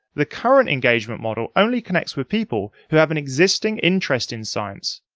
the current engagement model only connects with people who have an existing interest in science.